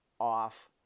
off